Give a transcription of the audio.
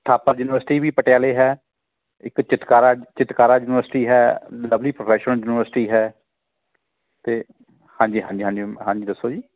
Thapar University ਵੀ ਪਟਿਆਲੇ ਹੈ ਇੱਕ ਚਿਤਕਾਰਾ ਚਿਤਕਾਰਾ ਯੂਨੀਵਰਸਿਟੀ ਹੈ ਲਵਲੀ ਪ੍ਰੋਫੈਸ਼ਨਲ ਯੂਨੀਵਰਸਿਟੀ ਹੈ ਅਤੇ ਹਾਂਜੀ ਹਾਂਜੀ ਹਾਂਜੀ ਹਾਂਜੀ ਦੱਸੋ ਜੀ